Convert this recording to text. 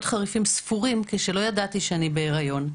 חריפים ספורים כשלא ידעתי שאני בהיריון.